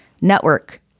network